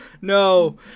no